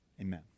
Amen